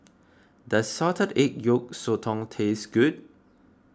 does Salted Egg Yolk Sotong taste good